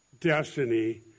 destiny